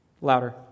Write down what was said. louder